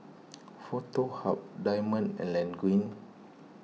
Foto Hub Diamond and Laneige